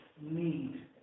need